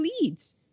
leads